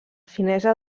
finesa